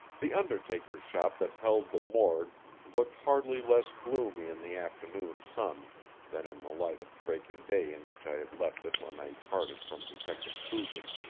the undertaker's shop that held the morgue looked hardly less gloomy in the afternoon sun than in the light of breaking day in which i had left it when i parted from detective coogan.